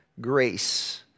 grace